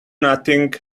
nothing